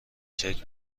کیک